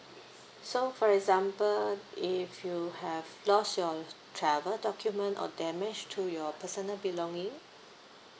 so for example if you have lost your travel document or damage to your personal belonging